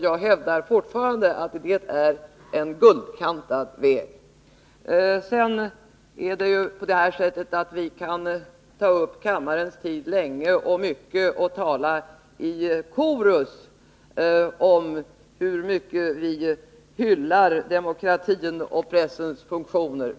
Jag hävdar fortfarande att det är en guldkantad väg. Vi kan ta upp kammarens tid länge och mycket och tala i korus om hur mycket vi hyllar demokratin och pressens funktioner.